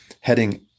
heading